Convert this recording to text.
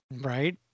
Right